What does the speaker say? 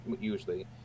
usually